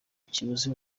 kibuze